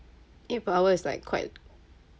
eight per hour is like quite